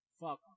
Fuck